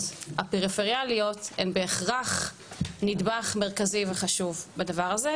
הפריפריאליות הן בהכרח נדבך מרכזי וחשוב בדבר הזה.